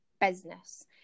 business